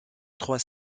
trois